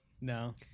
No